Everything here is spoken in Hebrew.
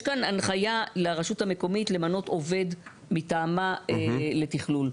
יש כאן הנחייה לרשות המקומית למנות עובד מטעמה לתכנון.